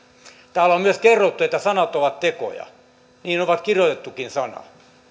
täällä on myös kerrottu että sanat ovat tekoja niin on kirjoitettukin sana